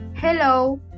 Hello